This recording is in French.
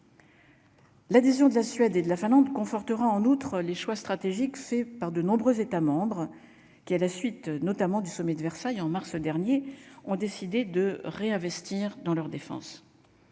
L'adhésion de la Suède et de la Finlande confortera en outre les choix stratégiques faits par de nombreux États membres qui, à la suite notamment du sommet de Versailles en mars dernier, ont décidé de réinvestir dans leur défense